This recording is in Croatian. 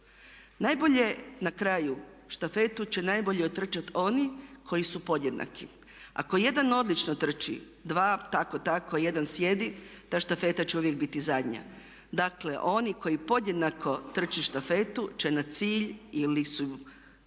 štafetu. Na kraju štafetu će najbolje otrčati oni koji su podjednaki. Ako jedan odlično trči, dva tako-tako, jedan sjedi ta štafeta će uvijek biti zadnja. Dakle, oni koji podjednako trče štafetu će na cilj uvijek doći i